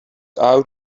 out